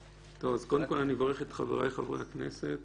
קודם כול אני מברך את חבריי חברי הכנסת,